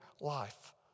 life